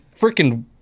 freaking